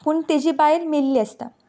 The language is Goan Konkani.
पूण ताजी बायल मेल्ली आसता